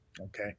okay